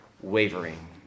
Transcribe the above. wavering